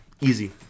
Easy